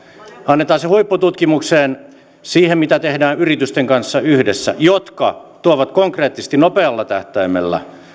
annetaan se huippututkimukseen siihen mitä tehdään yhdessä yritysten kanssa jotka tuovat konkreettisesti nopealla tähtäimellä